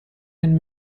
ein